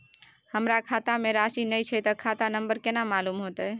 हमरा खाता में राशि ने छै ते खाता नंबर केना मालूम होते?